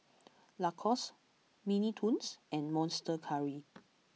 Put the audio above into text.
Lacoste Mini Toons and Monster Curry